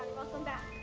welcome back,